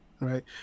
Right